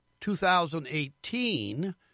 2018